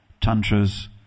tantras